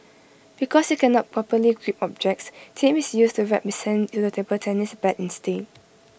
because he cannot properly grip objects tape is used to wrap to the table tennis bat instead